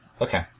Okay